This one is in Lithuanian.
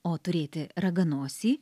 o turėti raganosį